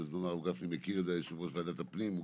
כפי שגפני מכיר כיושב-ראש ועדת הפנים בזמנו,